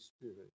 Spirit